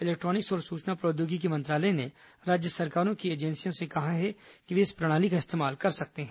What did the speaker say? electronics और सूचना प्रौद्योगिकी मंत्रालय ने राज्य सरकारों की एजेंसियों से कहा है कि वे इस प्रणाली का इस्तेमाल कर सकते हैं